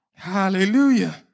Hallelujah